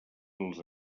els